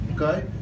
okay